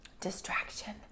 distraction